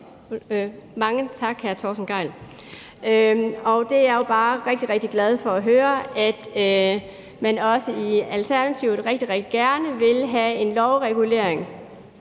Mange tak, hr. Torsten Gejl. Det er jeg jo bare rigtig, rigtig glad for at høre – at man også i Alternativet rigtig, rigtig gerne vil have en lovregulering,